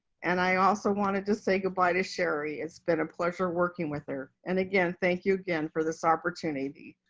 and i also wanted to say goodbye to sherri. it's been a pleasure working with her. and again, thank you again for this opportunity.